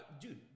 Dude